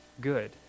good